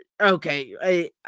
Okay